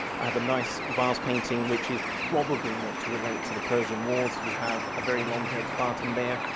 i have a nice vase painting which is probably meant to relate to the persian wars. you have a very long-haired spartan there,